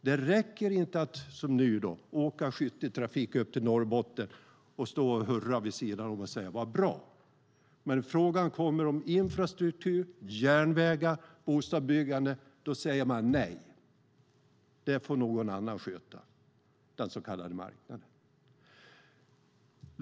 Det räcker inte att som nu åka i skytteltrafik upp till Norrbotten och stå och hurra vid sidan av och säga: Bra! Men när frågan kommer om infrastruktur, järnvägar och bostadsbyggande säger man nej. Det får någon annan sköta, nämligen den så kallade marknaden.